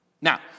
Now